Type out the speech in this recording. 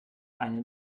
eine